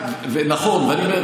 למה זה נכון לרשויות ולא, נכון.